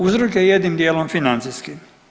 Uzrok je jednim dijelom financijski.